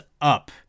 up